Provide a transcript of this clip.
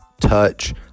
touch